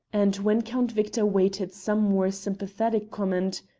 and when count victor waited some more sympathetic comment,